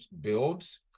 builds